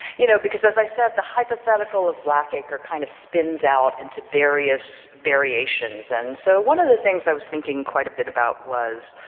you know, because as i said the hypothetical of black acre kind of spins out into various variations and so one of the things i was thinking quite a bit about was,